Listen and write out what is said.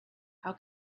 how